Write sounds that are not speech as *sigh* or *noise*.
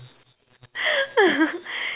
*laughs*